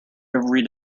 every